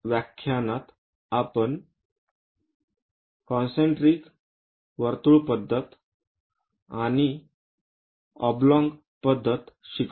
तर या व्याख्यानात आपण कॉन्सन्ट्रीक वर्तुळ पद्धत आणि ऑबलॉंग पद्धत शिकलो